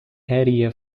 area